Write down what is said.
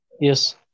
Yes